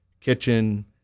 kitchen